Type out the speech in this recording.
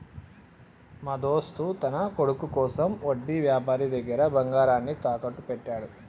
మా దోస్త్ తన కొడుకు కోసం వడ్డీ వ్యాపారి దగ్గర బంగారాన్ని తాకట్టు పెట్టాడు